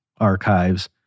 archives